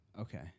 Okay